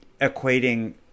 equating